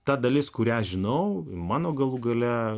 ta dalis kurią žinau mano galų gale